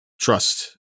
trust